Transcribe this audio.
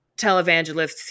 televangelists